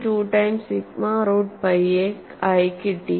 2 times sigma root pi a ആയി കിട്ടി